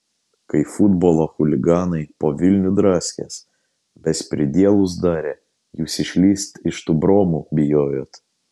kai futbolo chuliganai po vilnių draskės bespridielus darė jūs išlįst iš tų bromų bijojot